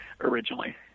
originally